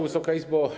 Wysoka Izbo!